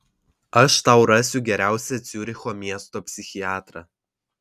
aš tau rasiu geriausią ciuricho miesto psichiatrą